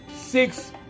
six